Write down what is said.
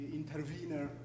intervener